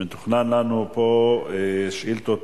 מתוכננות לנו פה שאילתות